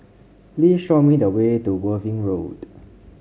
please show me the way to Worthing Road